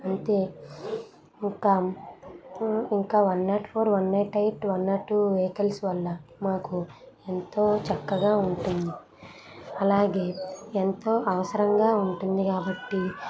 అంతే ఇంకా ఇంకా one nought four one nought eight one nought two vehicles వల్ల మాకు ఎంతో చక్కగా ఉంటుంది అలాగే ఎంతో అవసరంగా ఉంటుంది కాబట్టి